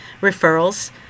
referrals